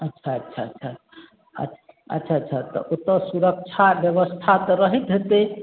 अच्छा अच्छा अच्छा अच्छा अच्छा अच्छा तऽ ओतऽ सुरक्षा बेबस्था तऽ रहैत हेतै